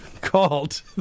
called